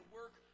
work